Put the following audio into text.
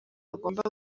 agomba